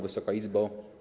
Wysoka Izbo!